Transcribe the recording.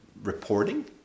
reporting